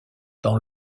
dans